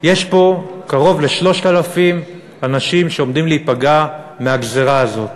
יש פה קרוב ל-3,000 אנשים שעומדים להיפגע מהגזירה הזאת.